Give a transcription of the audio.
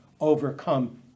overcome